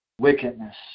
wickedness